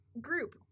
group